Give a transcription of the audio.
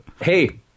hey